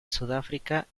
sudáfrica